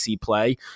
play